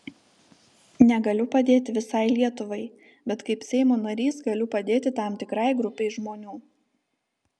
negaliu padėti visai lietuvai bet kaip seimo narys galiu padėti tam tikrai grupei žmonių